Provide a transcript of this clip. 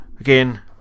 again